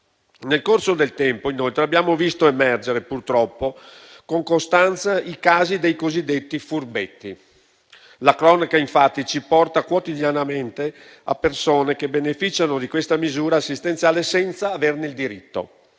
Nel corso del tempo, inoltre, abbiamo visto emergere, purtroppo, con costanza i casi dei cosiddetti furbetti. La cronaca, infatti, ci porta quotidianamente a persone che beneficiano di questa misura assistenziale senza averne il diritto.